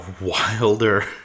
wilder